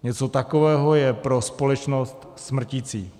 Něco takového je pro společnost smrticí.